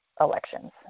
elections